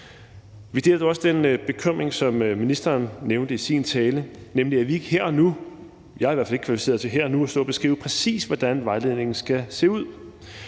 Vi deler også den bekymring, som ministeren nævnte i sin tale, nemlig at vi ikke her og nu skal beskrive – det har jeg i hvert fald ikke lyst til – præcis hvordan vejledningen skal se ud.